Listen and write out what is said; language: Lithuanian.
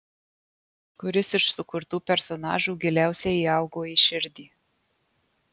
kuris iš sukurtų personažų giliausiai įaugo į širdį